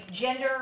gender